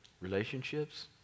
relationships